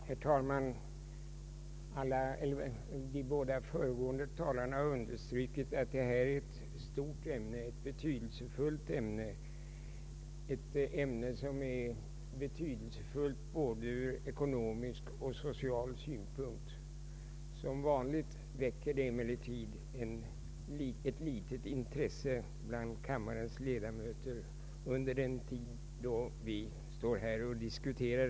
Herr talman! De båda föregående talarna har understrukit att detta är ett stort och betydelsefullt ämne, betydelsefullt från både ekonomisk och social synpunkt. Som vanligt väcker det emellertid ringa intresse bland kammarens ledamöter, i varje fall under den tid då vi står här och diskuterar.